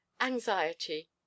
Anxiety